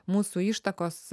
mūsų ištakos